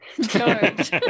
George